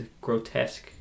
grotesque